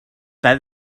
that